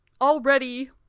Already